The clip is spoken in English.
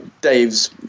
Dave's